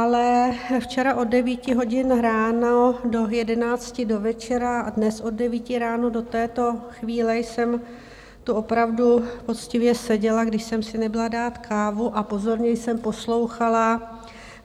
Ale včera od devíti hodin ráno do jedenácti do večera a dnes od devíti ráno do této chvíle jsem tu opravdu poctivě seděla, když jsem si nebyla dát kávu, a pozorně jsem poslouchala